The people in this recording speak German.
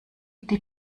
die